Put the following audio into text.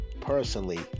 personally